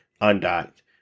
undocked